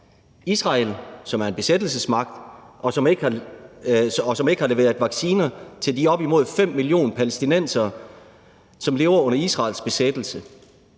Israel, som er en besættelsesmagt, som ikke har leveret vacciner til de op imod 5 millioner palæstinensere, som lever under Israels besættelse;